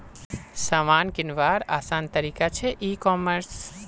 सामान किंवार आसान तरिका छे ई कॉमर्स